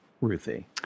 Ruthie